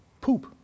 poop